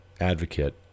advocate